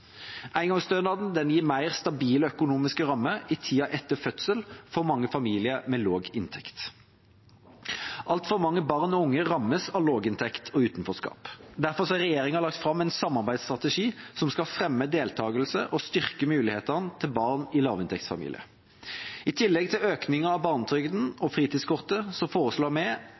Engangsstønaden gir mer stabile økonomiske rammer i tida etter fødsel for mange familier med lav inntekt. Altfor mange barn og unge rammes av lavinntekt og utenforskap. Derfor har regjeringa lagt fram en samarbeidsstrategi som skal fremme deltakelse og styrke mulighetene til barn i lavinntektsfamilier. I tillegg til økningen av barnetrygden og fritidskortet foreslår vi,